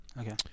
Okay